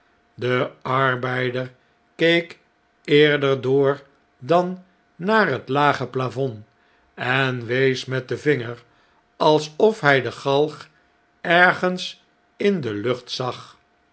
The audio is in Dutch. de arbeider keek eerder door dan naar het lage plafond en wees met den vinger alsof hjj de galg ergens in de lucht zag